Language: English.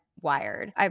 wired